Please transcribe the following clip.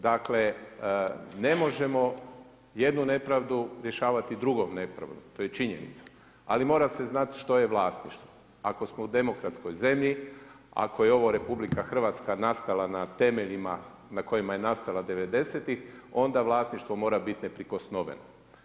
Dakle, ne možemo jednu nepravdu rješavati drugom nepravdom, to je činjenica, ali mora se znati što je vlasništvo ako smo u demokratskoj zemlji, ako je ovo RH nastala na temeljima na kojima je nastala devedesetih onda vlasništvo mora biti neprikosnoveno.